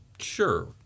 Sure